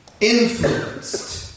influenced